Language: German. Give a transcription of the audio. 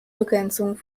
begrenzung